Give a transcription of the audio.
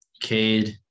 Cade